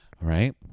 Right